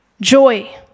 joy